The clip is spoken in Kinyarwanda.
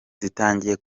zitangiye